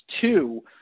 two